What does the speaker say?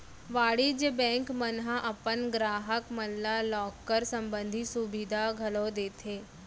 वाणिज्य बेंक मन ह अपन गराहक मन ल लॉकर संबंधी सुभीता घलौ देथे